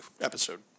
episode